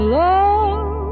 love